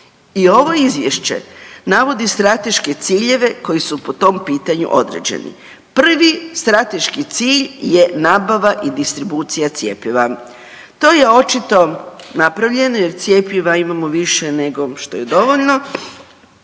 I ovo izvješće navodi strateške ciljeve koji su po tom pitanju određeni. Prvi strateški cilj je nabava i distribucija cjepiva. To je očito napravljeno jer cjepiva imamo više nego što je dovoljno,